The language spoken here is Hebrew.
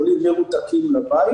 חולים המרותקים לבית